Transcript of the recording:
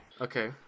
Okay